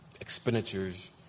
expenditures